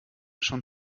schon